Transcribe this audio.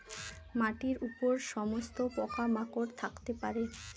মাটির উপর সমস্ত পোকা মাকড় থাকতে পারে